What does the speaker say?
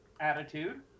attitude